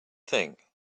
think